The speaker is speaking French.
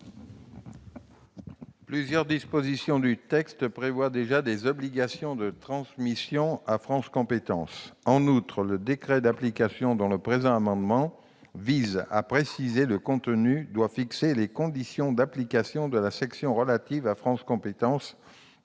Plusieurs dispositions du texte prévoient déjà des obligations de transmission à France compétences. En outre, le décret d'application dont le présent amendement vise à préciser le contenu doit fixer les conditions d'application de la section relative à France compétences